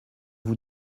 vous